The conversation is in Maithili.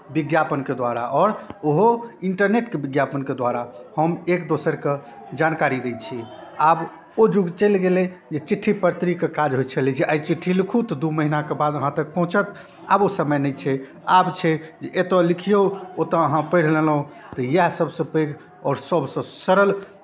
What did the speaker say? विज्ञापनके द्वारा आओर ओहो इंटरनेटके विज्ञापनके द्वारा हम एक दोसरकेँ जानकारी दै छियै आब ओ युग चलि गेलै जे चिठ्ठी पत्रीके काज होइ छलै जे आइ चिठ्ठी लिखू तऽ दू महीनाके बाद अहाँतक पहुँचत आब ओ समय नहि छै आब छै जे एतय लिखियौ ओतय अहाँ पढ़ि लेलहुँ तऽ इएह सभसँ पैघ आओर सभसँ सरल